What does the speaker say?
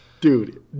Dude